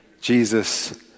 Jesus